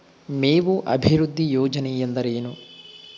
ಮೇವು ಅಭಿವೃದ್ಧಿ ಯೋಜನೆ ಎಂದರೇನು?